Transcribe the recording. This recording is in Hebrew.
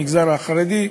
המגזר החרדי,